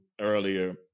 earlier